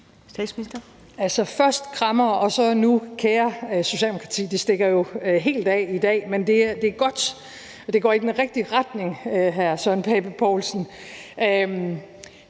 først krammere og så nu »kære Socialdemokrati«. Det stikker jo helt af i dag, men det er godt, at det går i den rigtige retning, hr. Søren Pape Poulsen.